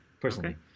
personally